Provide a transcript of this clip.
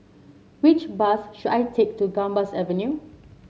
which bus should I take to Gambas Avenue